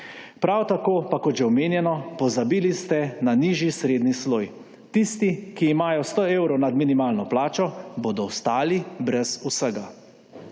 Prav tako, pa kot že omenjeno, pozabili ste na nižji srednji sloj. Tisti, ki imajo 100 evrov nad minimalno plačo, bodo ostali brez vsega.